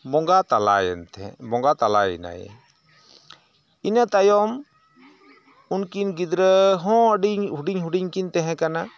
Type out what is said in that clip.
ᱵᱚᱸᱜᱟ ᱛᱟᱞᱟᱭᱮᱱ ᱛᱮ ᱵᱚᱸᱜᱟ ᱛᱟᱞᱟᱭᱮᱱᱟᱭ ᱤᱱᱟᱹ ᱛᱟᱭᱚᱢ ᱩᱱᱠᱤᱱ ᱜᱤᱫᱽᱨᱟᱹᱦᱚᱸ ᱟᱹᱰᱤ ᱦᱩᱰᱤᱧ ᱦᱩᱰᱤᱧ ᱠᱤᱱ ᱛᱮᱦᱮᱸ ᱠᱟᱱᱟ